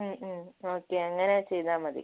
okay അങ്ങനെ ചെയ്താൽ മതി